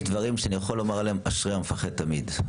יש דברים שאני יכול לומר עליהם: אשרי המפחד תמיד.